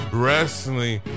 wrestling